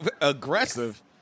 Aggressive